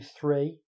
three